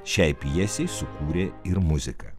šiai pjesei sukūrė ir muziką